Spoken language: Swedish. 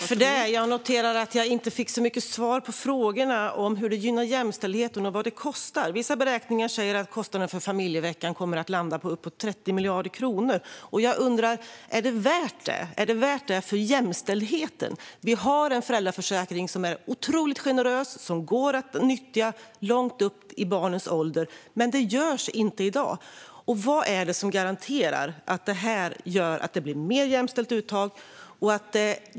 Fru talman! Jag noterar att jag inte fick så många svar på frågorna om hur familjeveckan gynnar jämställdheten och vad den kostar. Vissa beräkningar säger att kostnaden för familjeveckan kommer att landa på uppåt 30 miljarder kronor. Jag undrar: Är det värt detta? Är det värt det för jämställdheten? Vi har en föräldraförsäkring som är otroligt generös och som går att nyttja långt upp i barnens ålder. Men det görs inte i dag. Vad är det som garanterar att familjeveckan gör att det blir ett mer jämställt uttag?